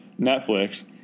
Netflix